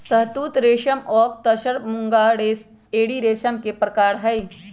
शहतुत रेशम ओक तसर मूंगा एरी रेशम के परकार हई